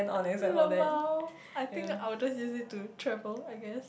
lmao I think I will just use it to travel I guess